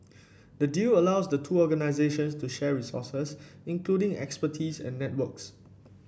the deal allows the two organisations to share resources including expertise and networks